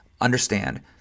Understand